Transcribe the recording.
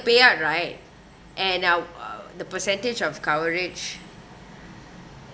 payout right and our uh the percentage of coverage